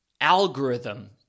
algorithm